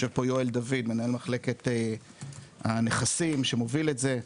ופה נמצא יואל דוד מנהל מחלקת הנכסים שמוביל את זה.